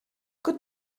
good